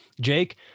Jake